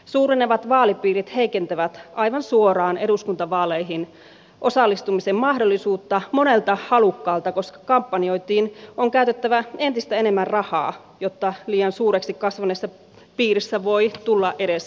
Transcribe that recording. suurenevat vaalipiirit heikentävät aivan suoraan eduskuntavaaleihin osallistumisen mahdollisuutta monelta halukkaalta koska kampanjointiin on käytettävä entistä enemmän rahaa jotta liian suureksi kasvaneessa piirissä voi tulla edes huomatuksi